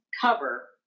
cover